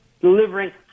delivering